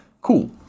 cool